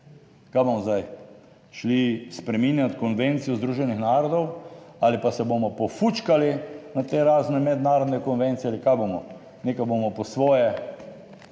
Kaj bomo zdaj, šli spreminjati konvencijo Združenih narodov ali pa se bomo pofučkali na te razne mednarodne konvencije ali kaj bomo? Nekaj bomo po svoje